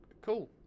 cool